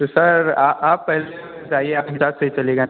तो सर आ आप पहले बताइए आप हिसाब से ही लेंगे